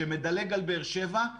שמדלג על באר שבע.